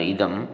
Idam